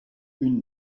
une